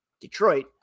Detroit